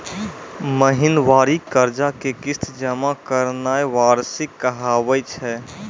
महिनबारी कर्जा के किस्त जमा करनाय वार्षिकी कहाबै छै